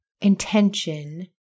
intention